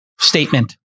statement